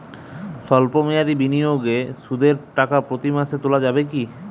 সল্প মেয়াদি বিনিয়োগে সুদের টাকা প্রতি মাসে তোলা যাবে কি?